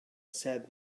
said